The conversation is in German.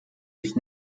sich